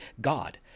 God